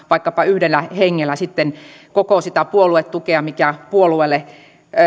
vaikkapa yhdellä hengellä sitten koko sitä puoluetukea mikä puolueelle